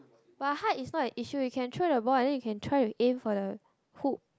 but height is not an issue you can throw the ball and then you can try to aim for the hook